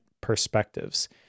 perspectives